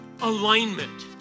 alignment